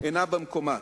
אינה במקומה.